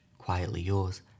quietlyyours